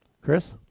Chris